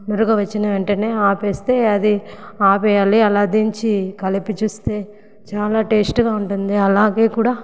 నురగ వచ్చిన వెంటనే ఆపేస్తే అది ఆపేయాలి అలా దించి కలిపి చూస్తే చాలా టేస్ట్గా ఉంటుంది అలాగే కూడా